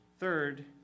Third